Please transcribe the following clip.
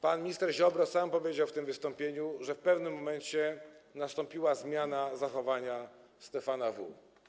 Pan minister Ziobro sam powiedział w tym wystąpieniu, że w pewnym momencie nastąpiła zmiana zachowania Stefana W.